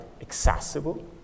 accessible